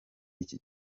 iki